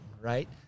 right